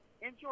Enjoy